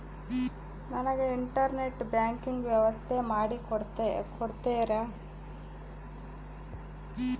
ನನಗೆ internet banking ವ್ಯವಸ್ಥೆ ಮಾಡಿ ಕೊಡ್ತೇರಾ?